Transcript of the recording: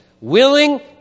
willing